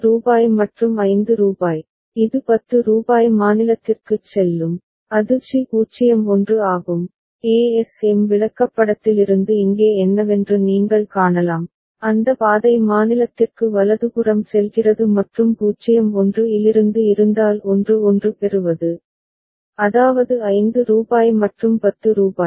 ரூபாய் 5 மற்றும் ரூபாய் 5 இது ரூபாய் 10 மாநிலத்திற்குச் செல்லும் அது சி 0 1 ஆகும் ஏஎஸ்எம் விளக்கப்படத்திலிருந்து இங்கே என்னவென்று நீங்கள் காணலாம் அந்த பாதை மாநிலத்திற்கு வலதுபுறம் செல்கிறது மற்றும் 0 1 இலிருந்து இருந்தால் 1 1 பெறுவது அதாவது 5 ரூபாய் மற்றும் 10 ரூபாய்